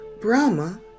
Brahma